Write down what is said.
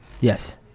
Yes